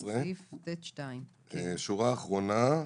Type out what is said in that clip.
שורה אחרונה.